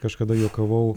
kažkada juokavau